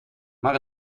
maar